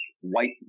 white